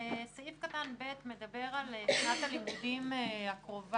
סעיף קטן (ב) מדבר על שנת הלימודים הקרובה.